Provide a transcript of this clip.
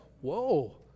whoa